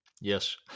Yes